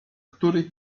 który